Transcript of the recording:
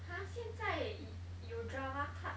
!huh! 现在有 drama club